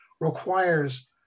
requires